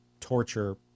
torture